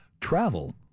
travel